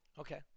Okay